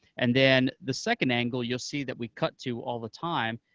and then the second angle you'll see that we cut to all the time,